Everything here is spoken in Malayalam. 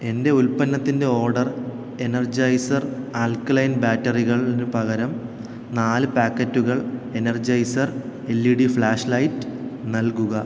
എന്റെ ഉൽപ്പന്നത്തിന്റെ ഓഡർ എനർജൈസർ ആൽക്കലൈൻ ബാറ്ററികൾക്ക് പകരം നാല് പാക്കറ്റുകൾ Energizer L E D flash light നൽകുക